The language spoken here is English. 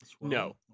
No